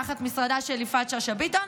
תחת משרדה של יפעת שאשא ביטון,